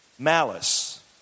Malice